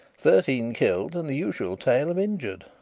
thirteen killed and the usual tale of injured.